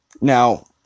Now